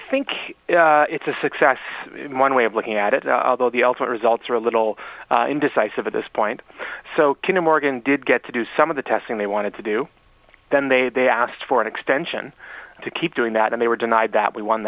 think it's a success one way of looking at it although the ultimate results are a little indecisive at this point so you know morgan did get to do some of the testing they wanted to do then they they asked for an extension to keep doing that and they were denied that we won